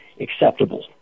acceptable